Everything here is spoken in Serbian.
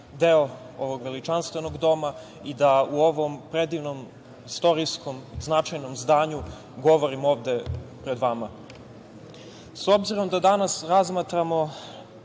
deo ovog veličanstvenog Doma i da u ovom predivnom, istorijskom zdanju govorim ovde pred vama.S obzirom da danas razmatramo